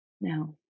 No